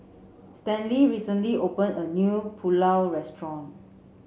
Stanley recently opened a new Pulao restaurant